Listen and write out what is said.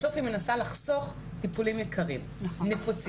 בסוף היא מנסה לחסוך טיפולים יקרים ונפוצים.